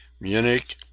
Munich